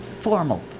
Formal